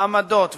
העמדות,